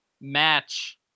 match